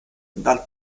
dal